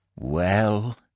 Well